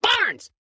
Barnes